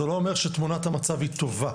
זה לא אומר שתמונת המצב היא טובה,